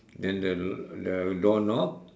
and the the door knob